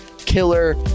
Killer